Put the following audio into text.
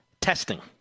testing